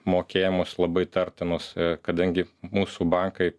mokėjimus labai tartinos kadangi mūsų bankai